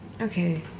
Okay